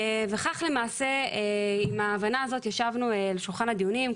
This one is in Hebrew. וכך למעשה עם ההבנה הזאת ישבנו לשולחן הדיונים,